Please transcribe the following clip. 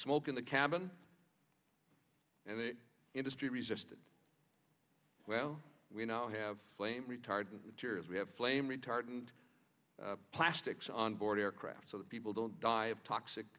smoke in the cabin and the industry resisted well we now have flame retardant materials we have flame retardant plastics on board aircraft so that people don't die of toxic